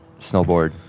snowboard